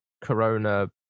corona